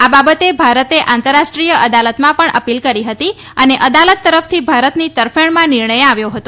આ બાબતે ભારતે આંતરરાષ્ટ્રીય અદાલતમાં પણ અપીલ કરી હતી અને અદાલત તરફથી ભારતની તરફેણમાં નિર્ણય આવ્યો હતો